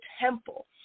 temple